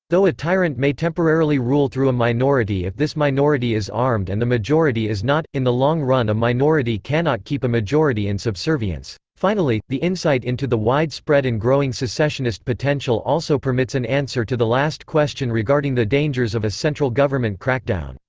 though a tyrant may temporarily rule through a minority if this minority is armed and the majority is not, in the long run a minority cannot keep a majority in subservience. finally, the insight into the widespread and growing secessionist potential also permits an answer to the last question regarding the dangers of a central government crackdown.